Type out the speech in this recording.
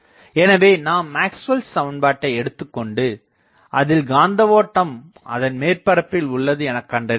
எனவே நாம் Maxwell Maxwell's சமண்பாட்டை எடுத்துக்கொண்டு அதில் காந்த ஓட்டம் அதன் மேற்பரப்பில் உள்ளது எனகண்டறியலாம்